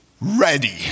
Ready